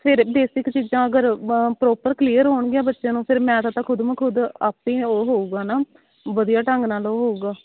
ਫਿਰ ਬੇਸਿਕ ਚੀਜ਼ਾਂ ਅਗਰ ਪਰੋਪਰ ਕਲੀਅਰ ਹੋਣਗੀਆਂ ਬੱਚਿਆਂ ਨੂੰ ਫਿਰ ਮੈਥ ਤਾਂ ਖੁਦ ਮਾ ਖੁਦ ਆਪੇ ਹੀ ਉਹ ਹੋਵੇਗਾ ਨਾ ਵਧੀਆ ਢੰਗ ਨਾਲ ਉਹ ਹੋਵੇਗਾ